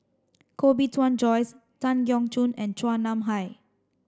Koh Bee Tuan Joyce Tan Keong Choon and Chua Nam Hai